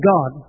God